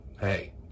Hey